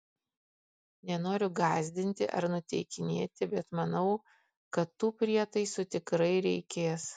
nenoriu gąsdinti ar nuteikinėti bet manau kad tų prietaisų tikrai reikės